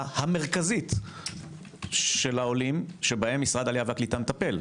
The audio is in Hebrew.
המרכזית של העובדים שבהם משרד העלייה והקליטה מטפל?